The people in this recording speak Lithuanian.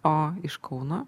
o iš kauno